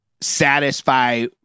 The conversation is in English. satisfy